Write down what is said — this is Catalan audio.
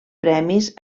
premis